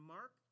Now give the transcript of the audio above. Mark